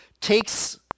takes